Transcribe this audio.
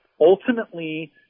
ultimately